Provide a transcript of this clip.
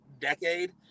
decade